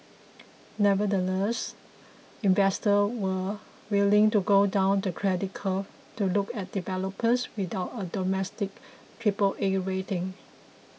nevertheless investors were willing to go down the credit curve to look at developers without a domestic Triple A rating